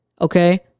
okay